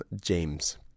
james